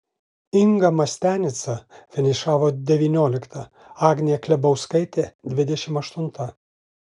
inga mastianica finišavo devyniolikta agnė klebauskaitė dvidešimt aštunta